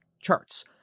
charts